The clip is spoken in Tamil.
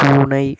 பூனை